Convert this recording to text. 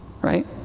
Right